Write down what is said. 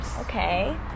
okay